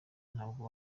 ntabwo